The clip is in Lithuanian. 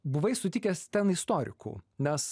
buvai sutikęs ten istorikų nes